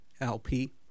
LP